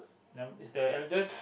num~ is the eldest